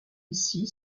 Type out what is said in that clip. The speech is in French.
ici